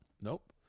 Nope